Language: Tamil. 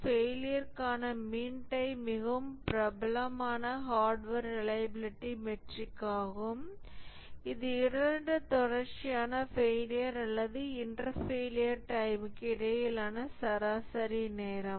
ஃபெயிலியர்க்கான மீன் டைம் மிகவும் பிரபலமான ஹார்ட்வேர் ரிலையபிலிடி மெட்ரிக் ஆகும் இது இரண்டு தொடர்ச்சியான ஃபெயிலியர் அல்லது இன்டர் ஃபெயிலியர் டைம்க்கு இடையிலான சராசரி நேரம்